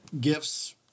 gifts